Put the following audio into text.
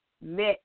met